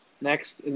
next